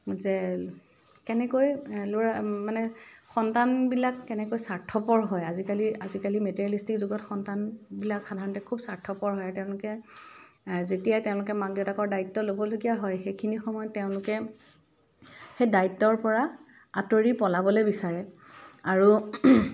যে কেনেকৈ ল'ৰা মানে সন্তানবিলাক কেনেকৈ স্বাৰ্থপৰ হয় আজিকালি আজিকালি মেটেৰিলেষ্টিক যুগত সন্তানবিলাক খুব স্বাৰ্থপৰ হয় আৰু তেওঁলোকে যেতিয়া তেওঁলোকে মাক দেউতাকৰ দায়িত্ব ল'বলগীয়া হয় সেইখিনি সময়ত তেওঁলোকে সেই দায়িত্ৱৰ পৰা আঁতৰি পলাবলৈ বিচাৰে আৰু